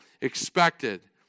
expected